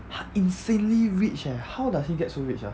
他 insanely rich eh how does he get so rich ah